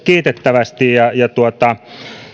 kiitettävästi ja